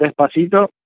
Despacito